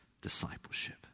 discipleship